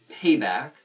payback